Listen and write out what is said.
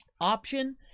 Option